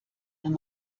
wenn